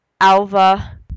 Alva